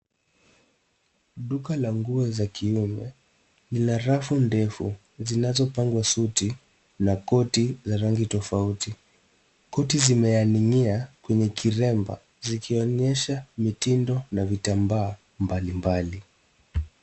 Duka la nguo za kiume lina rafu ndefu zinazopangwa suti na koti za rangi tofauti. Koti zimeang'inia kwenye kiremba zikionyesha mitindo na vitamba mbalimbali.